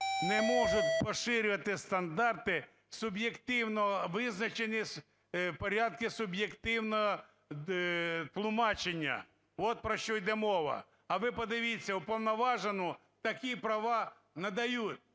не можуть поширюватись стандарти суб'єктивно визначені в порядку суб'єктивного тлумачення. От про що йде мова. А ви подивіться, уповноваженому такі права надають,